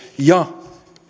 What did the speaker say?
ja